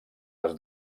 les